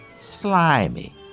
slimy